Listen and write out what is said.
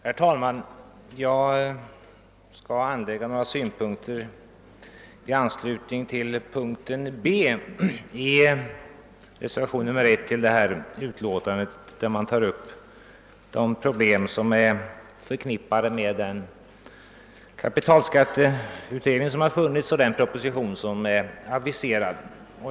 Herr talman! Jag skall anföra några synpunkter i anslutning till punkten b i reservationen 1 till bevillningsutskottets betänkande nr 5. I denna punkt tar man upp problem som är förknippade med kapitalskatteberedningens förslag och den proposition som är aviserad.